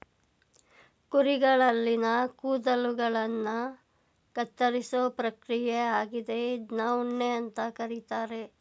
ಕುರಿಗಳಲ್ಲಿನ ಕೂದಲುಗಳನ್ನ ಕತ್ತರಿಸೋ ಪ್ರಕ್ರಿಯೆ ಆಗಿದೆ ಇದ್ನ ಉಣ್ಣೆ ಅಂತ ಕರೀತಾರೆ